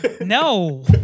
No